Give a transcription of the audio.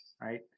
right